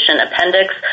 Appendix